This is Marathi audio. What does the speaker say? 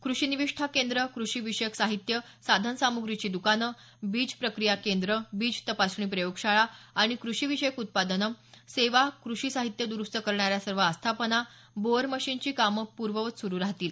कृषि निविष्ठा केंद्रं कृषि विषयक साहित्य साधनसामुग्रीची द्कानं बीज प्रक्रिया केंद्रं बीज तपासणी प्रयोगशाळा आणि कृषि विषयक उत्पादनं सेवा कृषि साहित्य दुरुस्त करणाऱ्या सर्व आस्थापना बोअर मशीनची कामं पूर्ववत सुरु राहतील